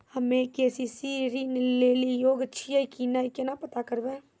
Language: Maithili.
हम्मे के.सी.सी ऋण लेली योग्य छियै की नैय केना पता करबै?